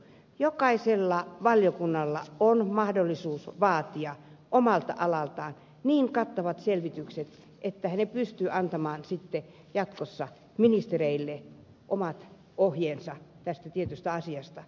jokaisella valiokunnalla on mahdollisuus vaatia omalta alaltaan niin kattavat selvitykset että ne pystyvät antamaan jatkossa ministereille omat ohjeensa tietystä asiasta